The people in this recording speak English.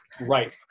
Right